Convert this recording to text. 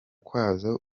kwazo